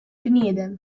bniedem